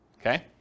Okay